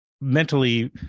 mentally